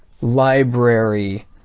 library